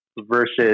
versus